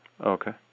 Okay